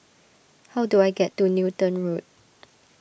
how do I get to Newton Road